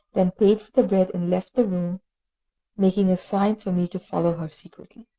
then paid for the bread, and left the making a sign for me to follow her secretly.